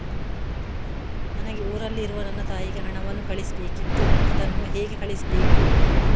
ನನಗೆ ಊರಲ್ಲಿರುವ ನನ್ನ ತಾಯಿಗೆ ಹಣವನ್ನು ಕಳಿಸ್ಬೇಕಿತ್ತು, ಅದನ್ನು ಹೇಗೆ ಕಳಿಸ್ಬೇಕು?